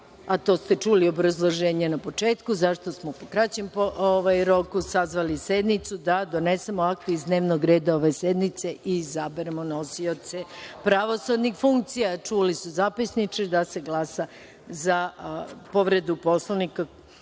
a čuli ste obrazloženje na početku zašto smo u kraćem roku sazvali sednicu, da donesemo akta iz dnevnog reda ove sednice i izaberemo pravosudnih funkcija. Čuli su zapisničari da se glasa za povredu Poslovnika